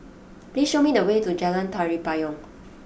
please show me the way to Jalan Tari Payong